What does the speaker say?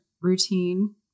routine